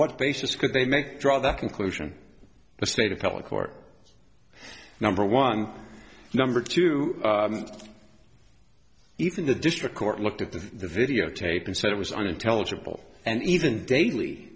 what basis could they make draw that conclusion the state of public or number one number two even the district court looked at the videotape and said it was unintelligible and even daily